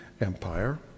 Empire